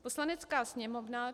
Poslanecká sněmovna